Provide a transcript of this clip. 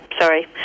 sorry